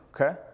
okay